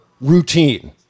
routine